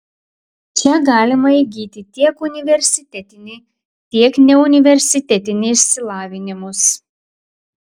čia galima įgyti tiek universitetinį tiek neuniversitetinį išsilavinimus